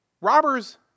Robbers